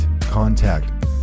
contact